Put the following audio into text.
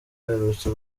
aherutse